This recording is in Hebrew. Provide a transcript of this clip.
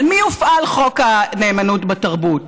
על מי יופעל חוק הנאמנות בתרבות?